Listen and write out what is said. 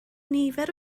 nifer